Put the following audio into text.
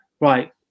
right